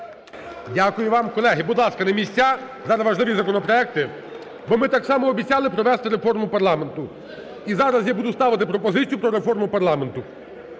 Дякую вам. Колеги, будь ласка, на місця, зараз важливі законопроекти, бо ми, так само, обіцяли провести реформу парламенту. І зараз я буду ставити пропозицію про реформу парламенту,